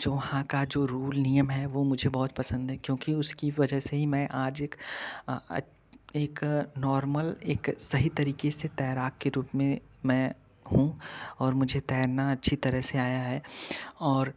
जो वहाँ का जो रुल नियम है वह मुझे बहुत पसंद है क्योंकि उसकी वजह से ही मैं आज एक एक नॉर्मल एक सही तरीके से तैराक के रूप मे मैं हूँ और मुझे तैरना अच्छी तरह से आया है और